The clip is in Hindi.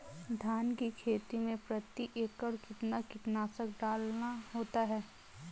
धान की खेती में प्रति एकड़ कितना कीटनाशक डालना होता है?